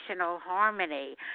Harmony